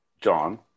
john